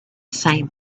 same